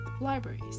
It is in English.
libraries